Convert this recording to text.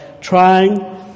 trying